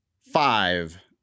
five